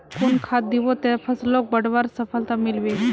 कुन खाद दिबो ते फसलोक बढ़वार सफलता मिलबे बे?